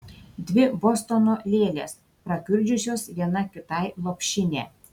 dvi bostono lėlės prakiurdžiusios viena kitai lopšinę